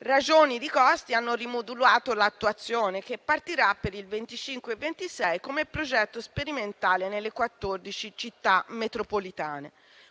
Ragioni di costi hanno rimodulato l'attuazione, che partirà, per il 2025 e il 2026, come progetto sperimentale nelle quattordici Città metropolitane.